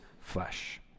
flesh